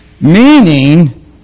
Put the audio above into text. Meaning